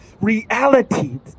reality